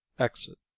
exit.